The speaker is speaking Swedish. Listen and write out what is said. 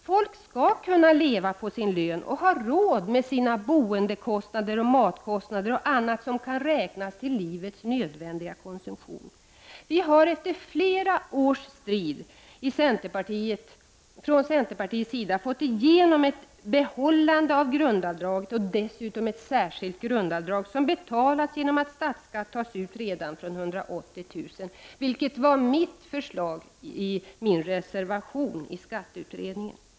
Folk skall kunna leva på sin lön och ha råd med sina boendekostnader, matkostnader och annat som kan räknas till livets nödvändiga konsumtion. Vi i centerpartiet har efter flera års strid fått igenom ett bibehållande av grundavdraget och dessutom ett särskilt grundavdrag, som betalas genom att statsskatt tas ut redan från 180 000 kr. Detta var mitt förslag i min reservation till skatteutredningen.